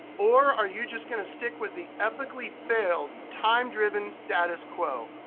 or are you just gonna stick with the epically failed time-driven status quo?